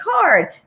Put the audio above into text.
card